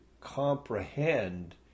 comprehend